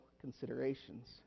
considerations